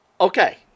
Okay